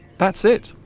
that's it